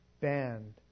banned